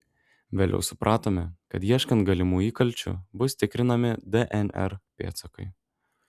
vėliau supratome kad ieškant galimų įkalčių bus tikrinami dnr pėdsakai